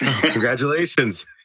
Congratulations